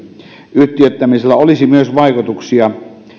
yhtiöittämisellä olisi myös vaikutuksia